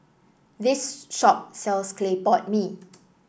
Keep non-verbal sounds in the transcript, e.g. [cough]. this shop sells Clay Pot Mee [noise]